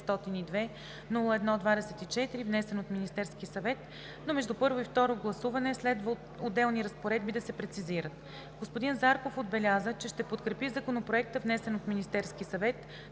отбеляза, че ще подкрепи Законопроект, внесен от Министерския съвет,